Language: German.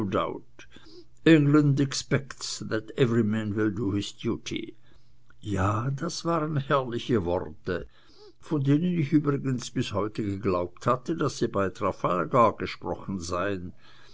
ja das waren herrliche worte von denen ich übrigens bis heute geglaubt hatte daß sie bei trafalgar gesprochen seien